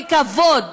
בכבוד.